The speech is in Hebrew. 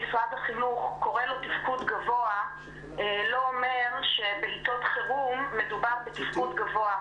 החינוך קורא לו תפקוד גבוה לא אומר שבעתות חירום מדובר בתפקוד גבוה,